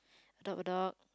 adopt a dog